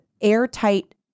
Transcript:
airtight